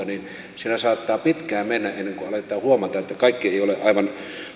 niin siellä saattaa pitkään mennä ennen kuin aletaan huomata että kaikki ei ole aivan